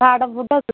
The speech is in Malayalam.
നാടൻ ഫുഡൊക്കെ